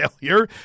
failure